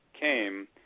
came